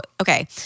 okay